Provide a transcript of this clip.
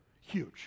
Huge